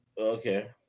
Okay